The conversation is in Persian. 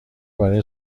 برای